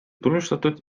tunnustatud